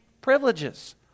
privileges